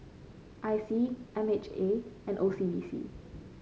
I C M H A and O C B C